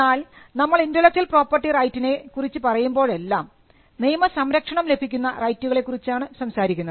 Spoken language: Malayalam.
എന്നാൽ നമ്മൾ ഇന്റെലക്ച്വൽ പ്രോപ്പർട്ടി റൈറ്റിനെ കുറിച്ച് പറയുമ്പോഴെല്ലാം നിയമ സംരക്ഷണം ലഭിക്കുന്ന റൈറ്റുകളെ കുറിച്ചാണ് സംസാരിക്കുന്നത്